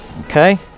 Okay